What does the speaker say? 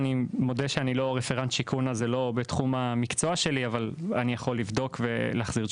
אני אוכל להעביר את